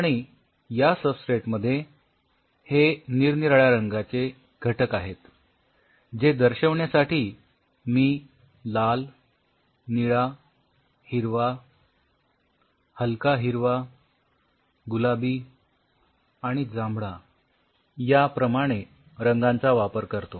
आणि या सबस्ट्रेटमध्ये हे निरनिराळ्या रंगांचे घटक आहेत जे दर्शविण्यासाठी मी लाल निळा हिरवा हलका हिरवा गुलाबी आणि जांभळा याप्रमाणे रंगांचा वापर करतो